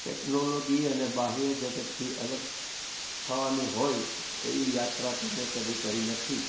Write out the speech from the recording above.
technology અને બાહ્ય જગતથી અલગ થવાની હોય એવી યાત્રા તો મેં કદી કરી નથી